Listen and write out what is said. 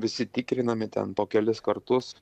visi tikrinami ten po kelis kartus